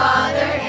Father